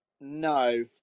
No